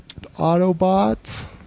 autobots